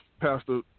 Pastor